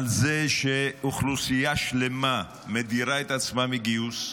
על זה שאוכלוסייה שלמה מדירה את עצמה מגיוס,